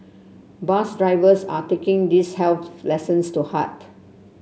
bus drivers are taking these health lessons to heart